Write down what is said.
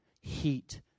heat